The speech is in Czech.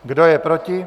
Kdo je proti?